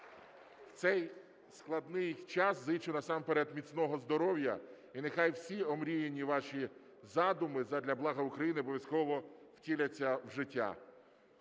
в цей складний час зичу насамперед міцного здоров'я! І нехай всі омріяні ваші задуми задля блага України обов'язково втіляться в життя.